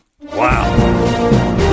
Wow